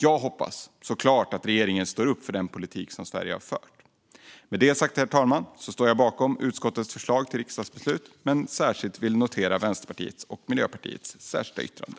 Jag hoppas såklart att regeringen står upp för den politik som Sverige har fört. Herr talman! Med det sagt står jag bakom utskottets förslag till riksdagsbeslut. Men jag vill särskilt notera Vänsterpartiets och Miljöpartiets särskilda yttrande.